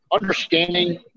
understanding